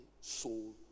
soul